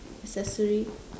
accessory